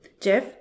Jeff